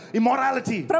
immorality